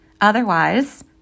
Otherwise